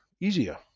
easier